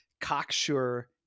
cocksure